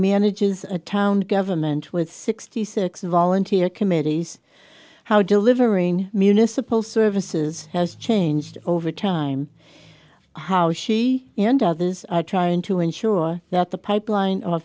manages a town government with sixty six volunteer committees how delivering municipal services has changed over time how she and others are trying to ensure that the pipeline o